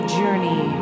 journey